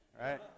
right